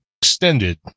extended